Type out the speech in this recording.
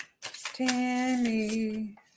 Tammy